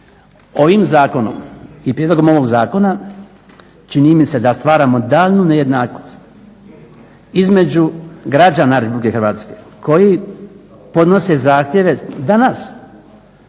ovim zakonom i prijedlogom ovog zakona čini mi se da stvaramo daljnju nejednakost između građana Republike Hrvatske koji podnose zahtjeve danas